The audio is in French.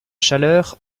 chaleur